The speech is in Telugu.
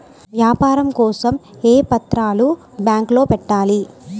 వ్యాపారం కోసం ఏ పత్రాలు బ్యాంక్లో పెట్టాలి?